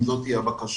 אם זאת תהיה הבקשה,